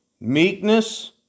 meekness